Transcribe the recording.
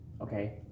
okay